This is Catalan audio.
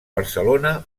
barcelona